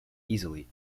easily